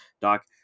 Doc